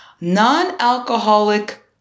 Non-alcoholic